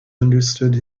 understood